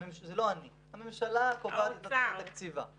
הממשלה קובעת את תקציבה.